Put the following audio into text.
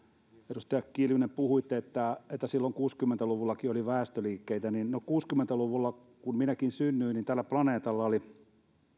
edustaja kiljunen että että silloin kuusikymmentä luvullakin oli väestöliikkeitä että kuusikymmentä luvulla kun minäkin synnyin tällä planeetalla oli